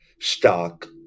stock